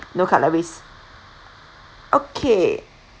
no cutleries okay